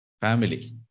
Family